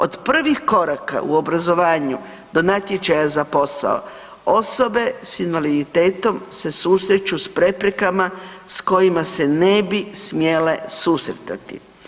Od prvih koraka u obrazovanju do natječaja za posao osobe s invaliditetom se susreću s preprekama s kojima se ne bi smjele susretati.